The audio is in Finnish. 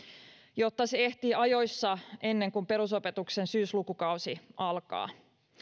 jotta se ehtii ajoissa ennen kuin perusopetuksen syyslukukausi alkaa